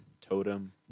Totem